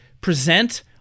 present